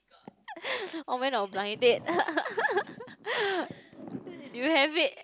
or went on blind date do you have it